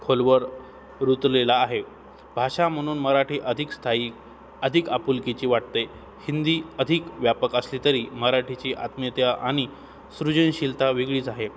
खोलवर रुतलेला आहे भाषा म्हणून मराठी अधिक स्थायी अधिक आपुलकीची वाटते हिंदी अधिक व्यापक असली तरी मराठीची आत्मियता आणि सृजनशीलता वेगळीच आहे